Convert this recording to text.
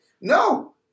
No